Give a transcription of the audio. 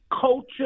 culture